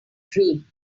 dream